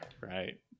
right